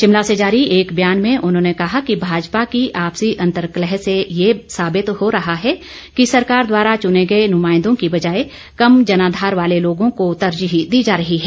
शिमला से जारी एक बयान में उन्होंने कहा कि भाजपा की आपसी अंतर्कलह से ये साबित हो रहा है कि सरकार द्वारा चुने गए नुमांइदों की बजाए कम जनाधार वाले लोगों को तरजीह दी जा रही हैं